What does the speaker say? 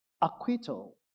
acquittal